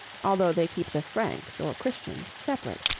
although they keep the franks, or christians, separate,